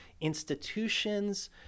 institutions